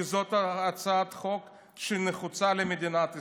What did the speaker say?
כי זאת הצעת חוק שנחוצה למדינת ישראל,